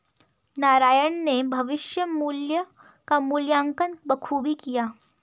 नारायण ने भविष्य मुल्य का मूल्यांकन बखूबी किया